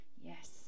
Yes